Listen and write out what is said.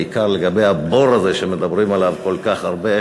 בעיקר לגבי הבור הזה שמדברים עליו כל כך הרבה,